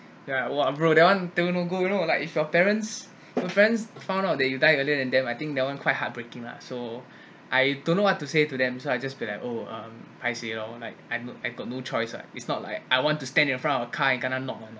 yeah !wah! bro that one that one no good you know like if your parents if your parents found out that you died earlier than them I think that one quite heartbreaking lah so I don't know what to say to them so I just be like oh um paiseh loh like I'm I got no choice ah it's not like I want to stand in front of car and kena knock